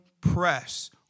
press